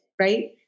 right